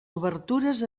obertures